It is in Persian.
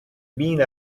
بین